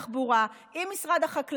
עם משרד התחבורה, עם משרד החקלאות,